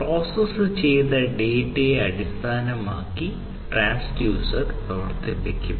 process ചെയ്ത ഡാറ്റയെ അടിസ്ഥാനമാക്കി ട്രാൻസ്ഡ്യൂസർ പ്രവർത്തിപ്പിക്കും